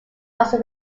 also